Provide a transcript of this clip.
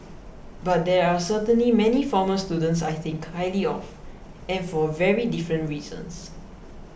but there are certainly many former students I think highly of and for very different reasons